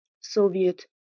Soviet